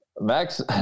Max